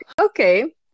Okay